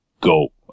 go